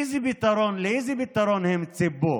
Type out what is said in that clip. לאיזה פתרון הם ציפו?